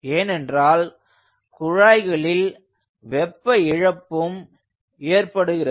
ஏனென்றால் குழாய்களில் வெப்ப இழப்பும் ஏற்படுகிறது